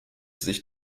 sich